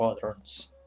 patterns